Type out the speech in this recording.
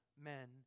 men